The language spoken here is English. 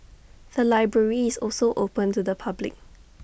the library is also open to the public